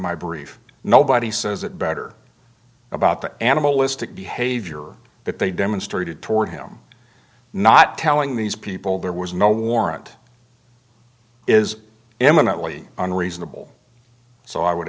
my brief nobody says it better about that animalistic behavior that they demonstrated toward him not telling these people there was no warrant is eminently unreasonable so i would